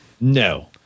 No